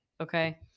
okay